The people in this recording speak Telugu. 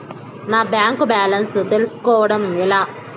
నా బ్యాంకు బ్యాలెన్స్ తెలుస్కోవడం ఎలా?